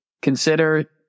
Consider